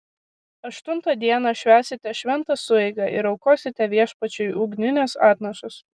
aštuntą dieną švęsite šventą sueigą ir aukosite viešpačiui ugnines atnašas